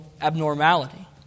abnormality